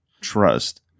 trust